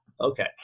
Okay